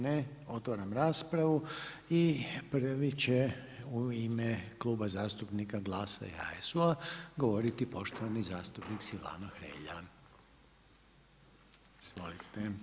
Ne, otvaram raspravu i prvi će u ime Kluba zastupnika GLAS-a i HSU-a govoriti poštovani zastupnik Silvano Hrelja, izvolite.